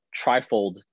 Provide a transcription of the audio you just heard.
trifold